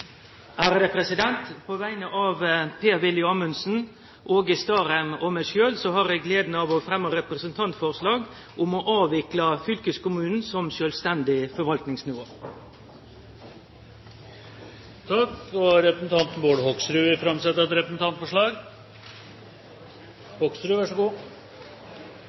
et representantforslag. På vegner av Per-Willy Amundsen, Åge Starheim og meg sjølv har eg gleda av å fremje eit representantforslag om å avvikle fylkeskommunen som sjølvstendig forvaltningsnivå. Representanten Bård Hoksrud vil framsette et representantforslag.